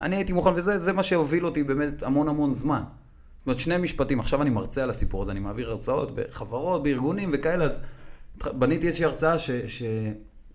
אני הייתי מוכן, וזה מה שהוביל אותי באמת המון המון זמן. זאת אומרת שני משפטים, עכשיו אני מרצה על הסיפור הזה, אני מעביר הרצאות בחברות, בארגונים וכאלה, אז בניתי איזושהי הרצאה ש...